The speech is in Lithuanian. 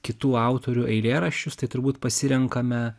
kitų autorių eilėraščius tai turbūt pasirenkame